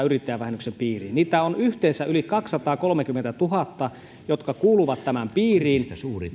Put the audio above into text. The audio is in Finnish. yrittäjävähennyksen piiriin niitä on yhteensä yli kaksisataakolmekymmentätuhatta jotka kuuluvat tämän piiriin